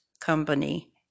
company